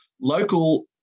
local